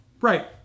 Right